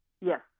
Yes